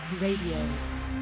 Radio